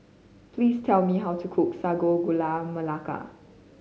please tell me how to cookSsago Gula Melaka